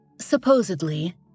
Supposedly